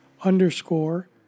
Underscore